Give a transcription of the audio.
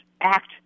act